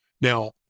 Now